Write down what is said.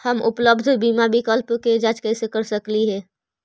हम उपलब्ध बीमा विकल्प के जांच कैसे कर सकली हे?